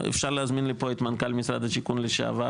אפשר להזמין לפה את מנכ"ל משרד השיכון לשעבר,